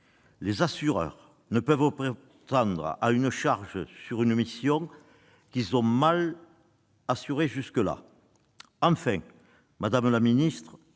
ces derniers ne peuvent prétendre à une charge sur une mission qu'ils ont mal assurée jusque-là. Enfin, madame la secrétaire